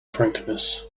frankness